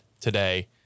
today